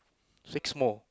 six more